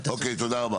אוקיי, תודה רבה.